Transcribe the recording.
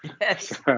Yes